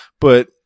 But-